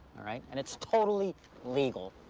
all right, and it's totally legal.